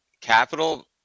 capital